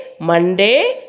Monday